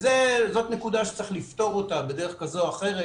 וזאת נקודה שצריך לפתור אותה בדרך כזו או אחרת.